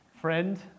friend